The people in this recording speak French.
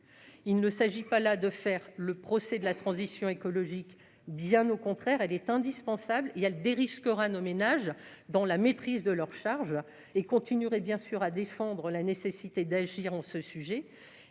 il ne s'agit pas là de faire le procès de la transition écologique, bien au contraire, elle est indispensable, il y a le des Erich aux ménage dans la maîtrise de leurs charges et continuerait bien sûr à défendre la nécessité d'agir en ce sujet